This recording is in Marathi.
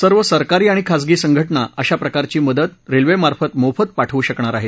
सर्व सरकारी आणि खाजगी संघटना अशा प्रकारची मदत रेल्वेमार्फत मोफत पाठवू शकणार आहेत